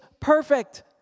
perfect